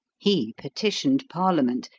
he petitioned parliament,